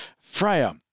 Freya